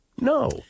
No